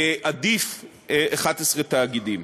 עדיף 11 תאגידים.